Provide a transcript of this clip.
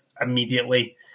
immediately